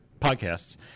podcasts